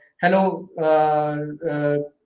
hello